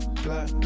black